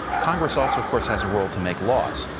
congress also of course has a role to make laws.